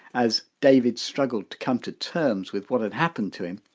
as david struggled to come to terms with what had happened to him,